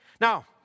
Now